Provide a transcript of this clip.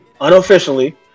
unofficially